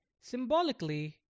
Symbolically